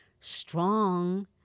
strong